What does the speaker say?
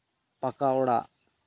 ᱯᱟᱠᱟ ᱚᱲᱟᱜ